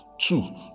Two